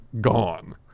gone